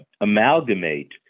amalgamate